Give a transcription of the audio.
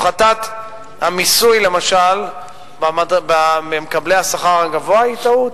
הפחתת המיסוי, למשל, ממקבלי השכר הגבוה היא טעות.